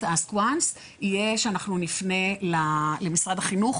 Ask Once יהיה שאנחנו נפנה למשרד החינוך